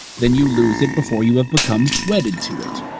then you lose it before you have become wedded to it.